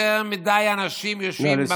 יותר מדי אנשים יושבים, נא לסיים.